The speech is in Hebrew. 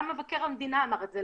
גם מבקר המדינה אמר את זה.